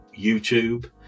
YouTube